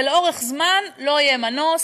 ולאורך זמן לא יהיה מנוס,